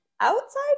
Outside